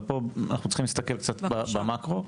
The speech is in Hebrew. אנחנו צריכים להסתכל פה קצת במאקרו.